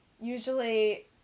usually